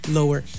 lower